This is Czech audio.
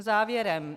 Závěrem.